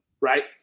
Right